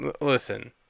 Listen